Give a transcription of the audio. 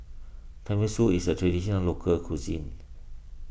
Tenmusu is a Traditional Local Cuisine